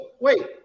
wait